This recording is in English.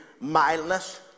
mildness